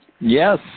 Yes